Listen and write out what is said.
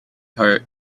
heart